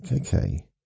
okay